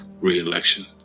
re-election